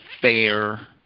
Fair